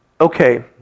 Okay